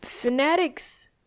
Fanatics